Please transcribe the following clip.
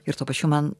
ir tuo pačiu man